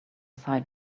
side